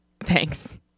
Thanks